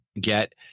get